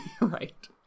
right